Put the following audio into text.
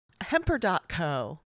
Hemper.co